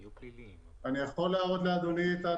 אני יכול להראות לאדוני את מה